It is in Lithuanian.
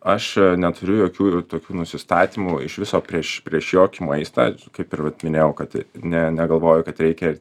aš neturiu jokių tokių nusistatymų iš viso prieš prieš jokį maistą kaip ir vat minėjau kad ne negalvoju kad reikia